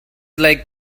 like